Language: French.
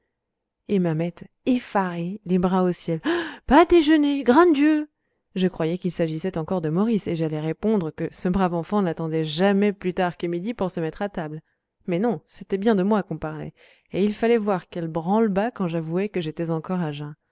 et mamette effarée les bras au ciel pas déjeuné grand dieu je croyais qu'il s'agissait encore de maurice et j'allais répondre que ce brave enfant n'attendait jamais plus tard que midi pour se mettre à table mais non c'était bien de moi qu'on parlait et il faut voir quel branle-bas quand j'avouai que j'étais encore à jeun